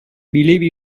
believe